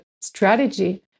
strategy